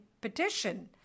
Petition